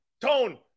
Tone